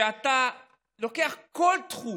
שאתה לוקח כל תחום,